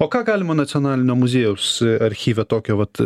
o ką galima nacionalinio muziejaus archyve tokio vat